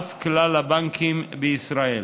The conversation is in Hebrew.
אף כלל הבנקים בישראל.